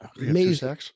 amazing